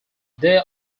there